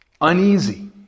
uneasy